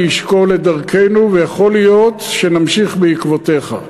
אשקול את דרכנו ויכול להיות שנמשיך בעקבותיך.